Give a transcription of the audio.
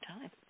time